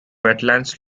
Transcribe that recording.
wetlands